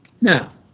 Now